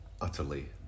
utterly